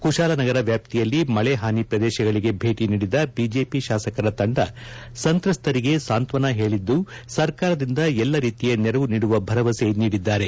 ಕುಶಾಲನಗರ ವ್ಯಾಪ್ತಿಯಲ್ಲಿ ಮಳೆ ಹಾನಿ ಪ್ರದೇಶಗಳಿಗೆ ಭೇಟಿ ನೀಡಿದ ಬಿಜೆಪಿ ಶಾಸಕರ ತಂಡ ಸಂತ್ರಸ್ವರಿಗೆ ಸಾಂತ್ವನ ಹೇಳಿದ್ದು ಸರ್ಕಾರದಿಂದ ಎಲ್ಲಾರೀತಿಯ ನೆರವು ನೀಡುವ ಭರವಸೆ ನೀಡಿದ್ದಾರೆ